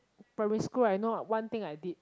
primary school I know one thing I did